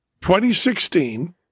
2016